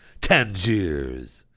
Tangiers